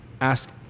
ask